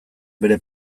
bere